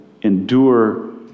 endure